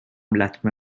لطمه